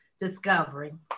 discovering